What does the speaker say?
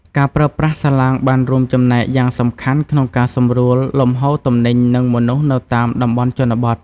ការប្រើប្រាស់សាឡាងបានរួមចំណែកយ៉ាងសំខាន់ក្នុងការសម្រួលលំហូរទំនិញនិងមនុស្សនៅតាមតំបន់ជនបទ។